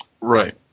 Right